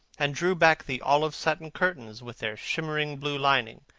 and drew back the olive-satin curtains, with their shimmering blue lining,